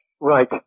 Right